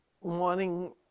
wanting